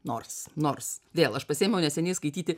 nors nors vėl aš pasiėmiau neseniai skaityti